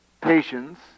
patience